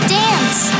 dance